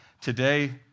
Today